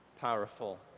powerful